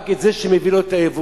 רק את זה שמביא לו את האבוס.